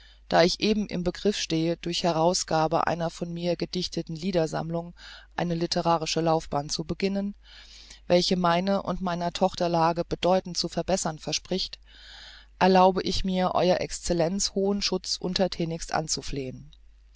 da ich eben im begriff stehe durch herausgabe einer von mir gedichteten liedersammlung eine litterarische laufbahn zu beginnen welche meine und meiner tochter lage bedeutend zu verbessern verspricht erlaube ich mir ew excellenz hohen schutz unterthänigst anzuflehen